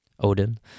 Odin